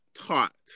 taught